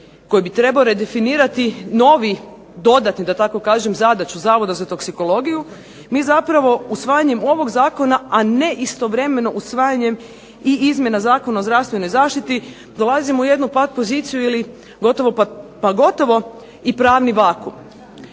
koji bi trebao redefinirati novi dodatnu zadaću Zavoda za toksikologiju, mi zapravo usvajanjem ovog zakona, a ne istovremeno usvajanjem i izmjena Zakona o zdravstvenoj zaštiti dolazimo u jednu pat poziciju ili gotovo pa gotovo i pravni vakuum.